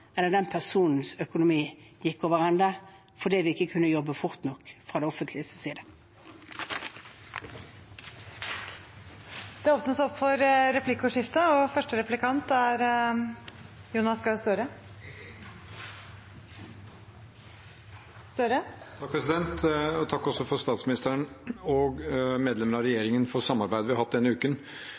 eller den personens økonomi gikk overende, fordi vi ikke kunne jobbe fort nok fra det offentliges side. Det blir replikkordskifte. Takk til både statsministeren og medlemmer av regjeringen for samarbeidet vi har hatt denne uken.